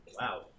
wow